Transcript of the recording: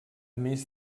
més